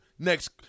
Next